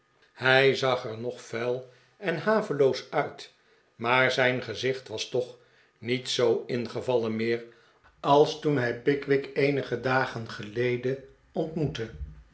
hij zag er nog vuil en haveloos uit maar zijn gezicht was toch niet zoo ingevallen meer als toen hij pickwick eenige'dagen geleden ontmoette